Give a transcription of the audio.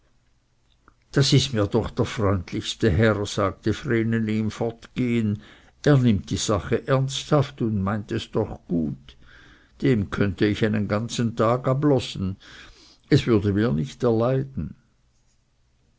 das ist mir doch der freundlichste herr sagte vreneli im fortgehen er nimmt die sache ernsthaft und meint es doch gut dem könnte ich einen ganzen tag ablosen es würde mir nicht erleiden